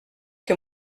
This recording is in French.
que